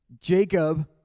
Jacob